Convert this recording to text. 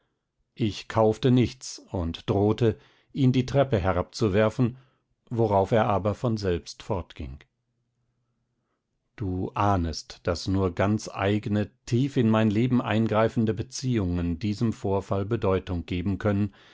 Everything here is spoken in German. ich kaufte nichts und drohte ihn die treppe herabzuwerfen worauf er aber von selbst fortging du ahnest daß nur ganz eigne tief in mein leben eingreifende beziehungen diesem vorfall bedeutung geben können